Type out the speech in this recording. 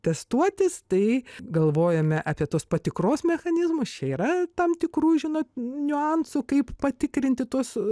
testuotis tai galvojame apie tos patikros mechanizmus čia yra tam tikrų žinot niuansų kaip patikrinti tuos